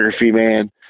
man